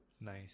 nice